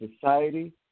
society